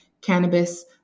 cannabis